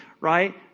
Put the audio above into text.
right